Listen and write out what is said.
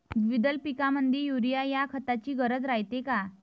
द्विदल पिकामंदी युरीया या खताची गरज रायते का?